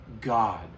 God